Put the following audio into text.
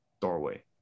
doorway